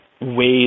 ways